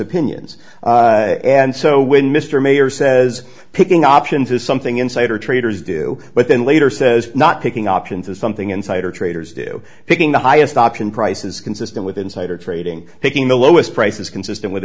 opinions and so when mr mayer says picking options is something insider traders do but then later says not picking options is something insider traders do picking the highest option prices consistent with insider trading picking the lowest prices consistent with